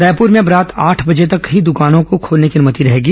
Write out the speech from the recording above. रायपुर में अब रात आठ बजे तक ही द्वकानों का खोलने की अनुमति रहेगी